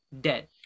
dead